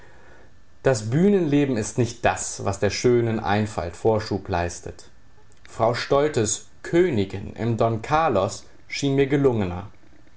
das bühnenleben ist nicht das was der schönen einfalt vorschub leistet frau stoltes königin im don carlos schien mir gelungener